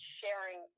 sharing